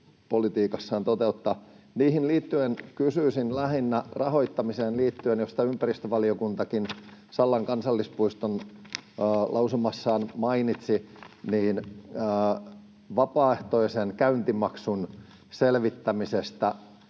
Niihin liittyen kysyisin — lähinnä rahoittamiseen liittyen, josta ympäristövaliokuntakin Sallan kansallispuiston lausumassaan mainitsi — vapaaehtoisen käyntimaksun selvittämisestä.